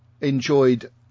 enjoyed